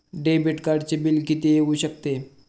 Debit कार्डचे bill किती येऊ शकते?